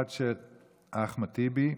של אחמד טיבי,